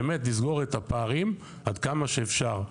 באמת לסגור את הפערים עד כמה שאפשר.